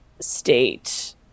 state